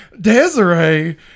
desiree